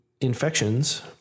infections